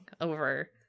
over